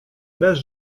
bez